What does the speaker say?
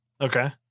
Okay